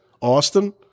Austin